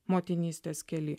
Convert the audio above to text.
motinystės kely